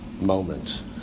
moment